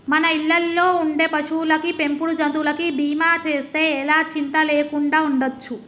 మన ఇళ్ళల్లో ఉండే పశువులకి, పెంపుడు జంతువులకి బీమా చేస్తే ఎలా చింతా లేకుండా ఉండచ్చు